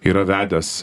yra vedęs